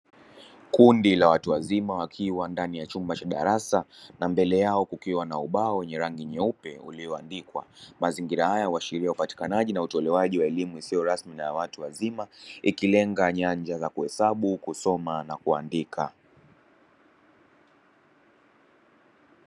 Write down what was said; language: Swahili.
Kundi la watu wazima wakiwa ndani ya chumba cha darasa na mbele yao kukiwa na ubao wenye rangi nyeupe uliyoandikwa. Mazingira haya huashiria upatikanaji na utolewaji wa elimu isiyo rasmi na ya watu wazima ikilenga nyanja za kuhesabu, kusoma na kuandika.